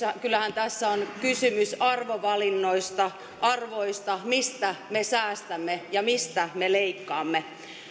kyllähän tässä on kysymys arvovalinnoista arvoista mistä me säästämme ja mistä me leikkaamme